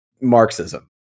Marxism